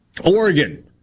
Oregon